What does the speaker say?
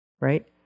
right